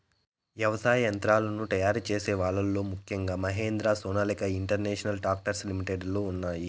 వ్యవసాయ యంత్రాలను తయారు చేసే వాళ్ళ లో ముఖ్యంగా Mahindra, Sonalika international tractor limited లు ఉన్నాయి